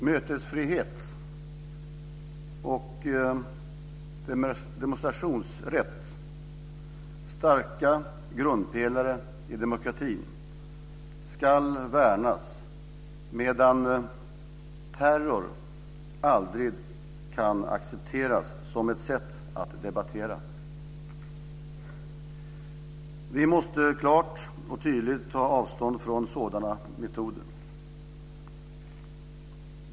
Mötesfrihet och demonstrationsrätt, starka grundpelare i demokratin, ska värnas, medan terror aldrig kan accepteras som ett sätt att debattera. Vi måste klart och tydligt ta avstånd från sådana metoder.